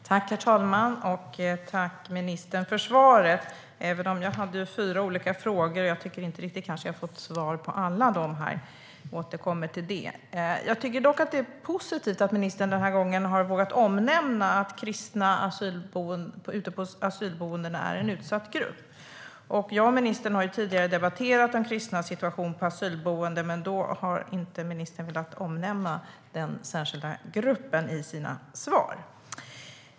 Herr talman! Tack, ministern, för svaret! Jag hade fyra olika frågor och tycker inte riktigt att jag har fått svar på alla, men jag återkommer till det. Jag tycker dock att det är positivt att ministern den här gången har vågat omnämna att kristna ute på asylboendena är en utsatt grupp. Jag och ministern har tidigare debatterat de kristnas situation på asylboenden, men då har ministern inte velat omnämna den särskilda gruppen i sina svar.